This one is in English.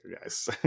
guys